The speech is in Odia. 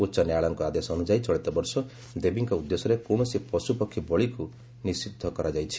ଉଚ୍ଚ ନ୍ୟାୟାଳୟଙ୍କ ଆଦେଶ ଅନୁଯାୟୀ ଚଳିତବର୍ଷ ଦେବୀଙ୍କ ଉଦ୍ଦେଶ୍ୟରେ କୌଣସି ପଶୁପକ୍ଷୀ ବଳିକୁ ନିଷିଦ୍ଧ କରାଯାଇଛି